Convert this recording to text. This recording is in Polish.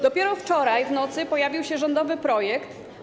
Dopiero wczoraj w nocy pojawił się rządowy projekt.